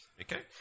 Okay